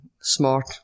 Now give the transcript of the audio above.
smart